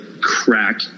crack